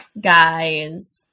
guys